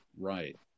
right